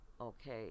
okay